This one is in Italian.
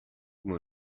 come